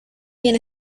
bien